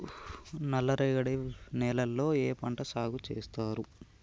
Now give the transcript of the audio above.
నల్లరేగడి నేలల్లో ఏ పంట సాగు చేస్తారు?